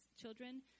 children